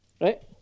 right